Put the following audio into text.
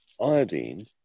iodine